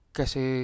kasi